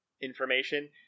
information